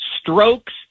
strokes